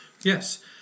Yes